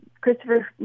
Christopher